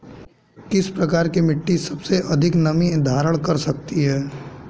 किस प्रकार की मिट्टी सबसे अधिक नमी धारण कर सकती है?